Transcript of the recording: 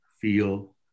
feel